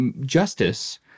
justice